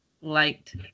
liked